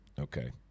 Okay